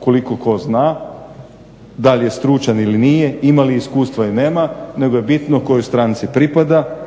koliko tko zna, da li je stručan ili nije, imali li iskustva ili nema, nego je bitno kojoj stranci pripada,